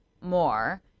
more